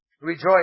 Rejoice